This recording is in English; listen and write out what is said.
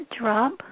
drop